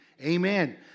Amen